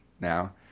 now